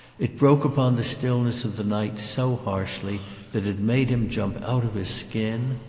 it broke upon the stillness of the night so harshly that it made him jump out of his skin.